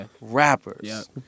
rappers